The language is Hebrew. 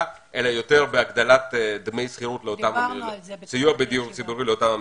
אלא בהגדלת סיוע בדיור ציבורי לאותן משפחות.